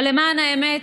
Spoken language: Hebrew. אבל למען האמת,